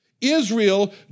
Israel